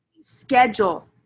schedule